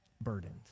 burdened